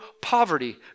poverty